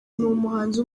umuhanzi